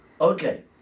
Okay